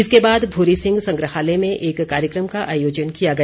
इसके बाद भूरी सिंह संग्राहलय में एक कार्यक्रम का आयोजन किया गया